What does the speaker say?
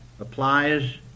applies